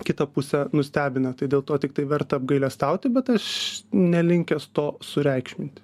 kitą pusę nustebino tai dėl to tiktai verta apgailestauti bet aš nelinkęs to sureikšminti